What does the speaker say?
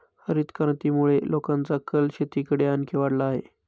हरितक्रांतीमुळे लोकांचा कल शेतीकडे आणखी वाढला आहे